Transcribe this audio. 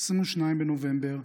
22 בנובמבר,